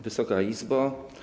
Wysoka Izbo!